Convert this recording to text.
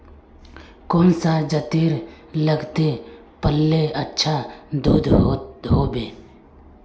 कौन सा जतेर लगते पाल्ले अच्छा दूध होवे?